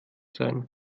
sein